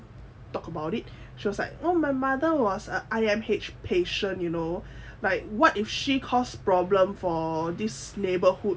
talk about it she was like oh my mother was a I_M_H patient you know like what if she caused problem for this neighborhood